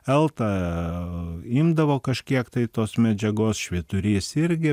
elta imdavo kažkiek tai tos medžiagos švyturys irgi